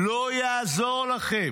לא יעזור לכם".